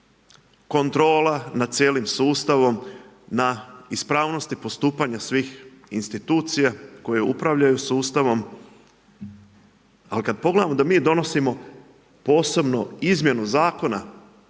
Kontrola nad cijelim sustavom, na ispravnosti postupanja svih institucija koje upravljaju sustavom. Al kad pogledamo da mi donosimo posebno izmjenu Zakona